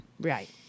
right